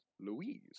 Louise